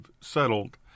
settled